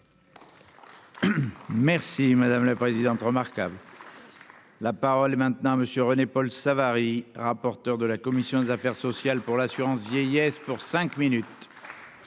Merci madame la présidente remarquables. La parole est maintenant Monsieur René-Paul Savary, rapporteur de la commission des affaires sociales pour l'assurance vieillesse pour cinq minutes.